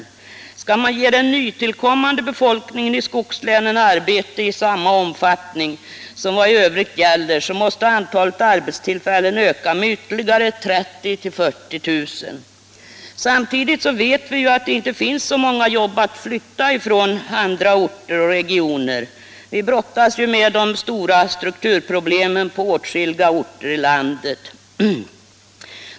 Och skall man ge den nytillkommande befolkningen i skogslänen arbete i samma omfattning som gäller i övrigt så måste antalet arbetstillfällen öka med ytterligare 30 000-40 000. Men vi vet att det inte finns så många jobb att flytta från andra orter och regioner. Vi brottas ju med de stora strukturproblemen på åtskilliga orter här i landet.